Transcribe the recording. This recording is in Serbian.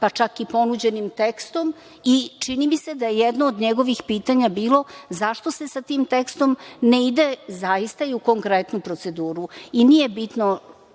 pa čak i ponuđenim tekstom i čini mi se da je jedno od njegovih pitanja bilo - zašto se sa tim tekstom ne ide, zaista i u konkretnu proceduru? Nije bitno